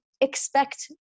expect